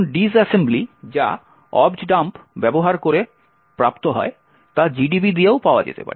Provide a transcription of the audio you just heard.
dish assembly যা objdump ব্যবহার করে প্রাপ্ত হয় তা gdb দিয়েও পাওয়া যেতে পারে